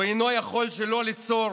הוא אינו יכול שלא ליצור